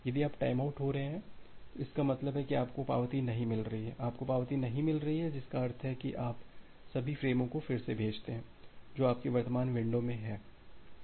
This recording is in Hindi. यदि आप टाइमआउट हो रहे हैं इसका मतलब है आपको पावती नहीं मिली है और आपको पावती नहीं मिल रही है जिसका अर्थ है कि आप सभी फ़्रेमों को फिर से भेजते हैं जो आपकी वर्तमान विंडो मे है